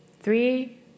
Three